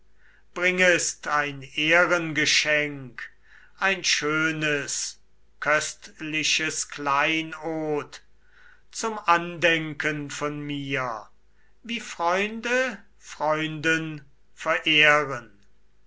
bringest ein ehrengeschenk ein schönes köstliches kleinod zum andenken von mir wie freunde freunden verehren